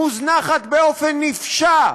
מוזנחת באופן נפשע,